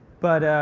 but